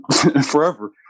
forever